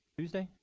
tuesday,